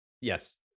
yes